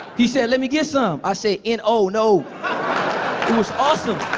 he said, let me get some. i said, n o. no. it was awesome.